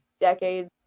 decades